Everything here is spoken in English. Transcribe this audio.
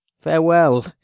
Farewell